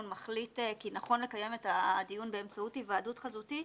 מחליט כי נכון לקיים את הדיון באמצעות היוועדות חזותית,